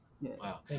Wow